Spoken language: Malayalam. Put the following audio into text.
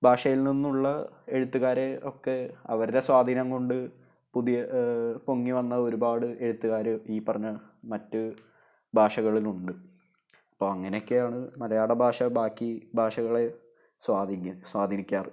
ഭാഷയിൽ നിന്നുള്ള എഴുത്തുകാരെ ഒക്കെ അവരുടെ സ്വാധീനം കൊണ്ട് പുതിയ പൊങ്ങി വന്ന ഒരുപാട് എഴുത്തുകാർ ഈ പറഞ്ഞ മറ്റു ഭാഷകളിലുണ്ട് അപ്പോൾ അങ്ങനെ ഒക്കെയാണ് മലയാള ബാഷ ബാക്കി ഭാഷകളെ സ്വാധീനം സ്വാധീനിക്കാറ്